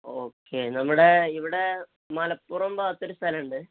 okay നമ്മുടെ ഇവിടെ മലപ്പുറം ഭാഗത്തൊരു സ്ഥലമുണ്ട്